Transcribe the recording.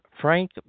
Frank